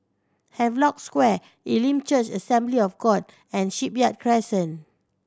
Havelock Square Elim Church Assembly of God and Shipyard Crescent